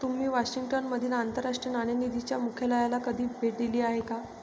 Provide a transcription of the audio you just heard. तुम्ही वॉशिंग्टन मधील आंतरराष्ट्रीय नाणेनिधीच्या मुख्यालयाला कधी भेट दिली आहे का?